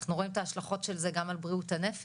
אנחנו רואים את ההשלכות של זה גם על בריאות הנפש.